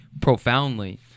profoundly